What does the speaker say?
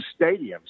stadiums